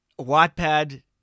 Wattpad